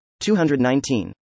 219